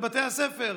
לבתי הספר?